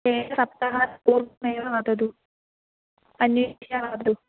एकसप्ताहात् पूर्वमेव वदतु अन्येभ्यः वद